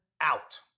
out